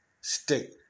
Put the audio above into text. stick